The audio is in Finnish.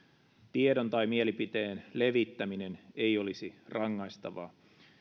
tiedon tai mielipiteen levittäminen ei olisi rangaistavaa